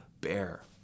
bear